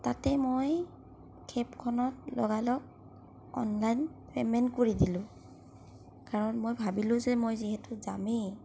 তাতে মই কেবখনত লগালগ অনলাইন পেমেণ্ট কৰি দিলোঁ কাৰণ মই ভাবিলোঁ যে মই যিহেতু যামেই